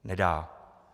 Nedá.